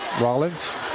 Rollins